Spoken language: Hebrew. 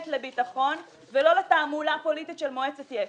לביטחון ולא לתעמולה פוליטית של מועצת יש"ע?